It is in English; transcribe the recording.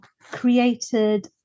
created